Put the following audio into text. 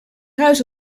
ruis